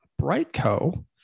Brightco